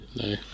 no